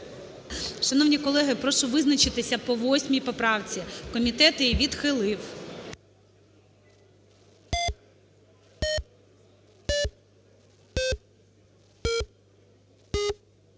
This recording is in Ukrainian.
Шановні колеги, прошу визначитися по 8 поправці. Комітет її відхилив.